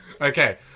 Okay